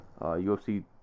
UFC